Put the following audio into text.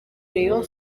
rayon